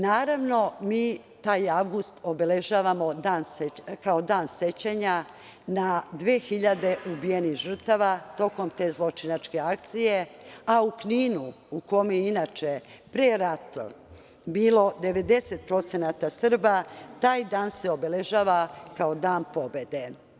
Naravno, mi taj avgust obeležavamo kao dan sećanja na 2.000 ubijenih žrtava tokom te zločinačke akcije, a u Kninu, u kome je inače pre rata bilo 90% Srba, taj dan se obeležava kao dan pobede.